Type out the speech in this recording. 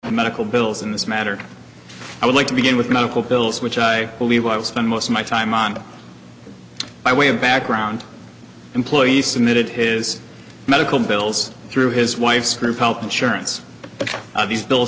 medical bills in this matter i would like to begin with medical bills which i believe i will spend most of my time on by way of background employees submitted his medical bills through his wife's group health insurance these bill